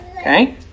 Okay